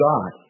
God